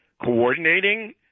coordinating